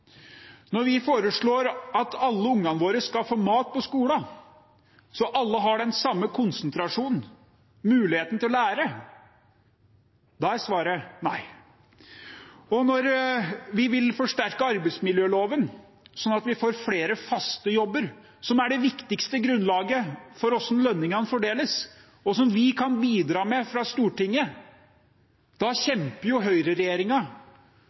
Når vi foreslår at alle ungene våre skal få mat på skolen, så alle har den samme konsentrasjonen og muligheten til å lære, er svaret nei. Og når vi vil forsterke arbeidsmiljøloven, sånn at vi får flere faste jobber, som er det viktigste grunnlaget for hvordan lønningene fordeles, og som vi kan bidra med fra Stortinget, da